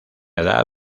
edad